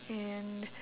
and